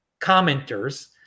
commenters